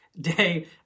day